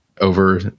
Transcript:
over